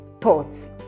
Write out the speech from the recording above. thoughts